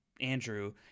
Andrew